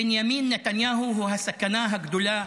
בנימין נתניהו הוא הסכנה הגדולה